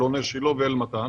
אלוני שילה ואל מתן.